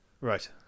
Right